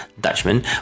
Dutchman